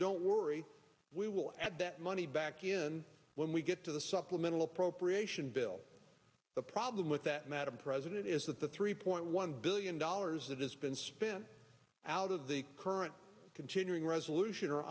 don't worry we will add that money back in when we get to the supplemental appropriation bill the problem with that madam president is that the three point one billion dollars that has been spent out of the current continuing resolution or